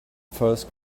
first